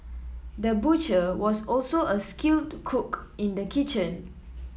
the butcher was also a skilled cook in the kitchen